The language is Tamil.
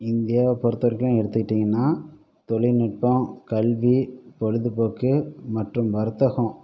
இந்தியாவை பொறுத்தவரைக்கும் எடுத்துகிட்டிங்கன்னால் தொழில்நுட்பம் கல்வி பொழுதுபோக்கு மற்றும் வர்த்தகம்